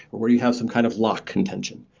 or where you have some kind of lock intention.